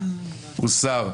הרוויזיה הוסרה.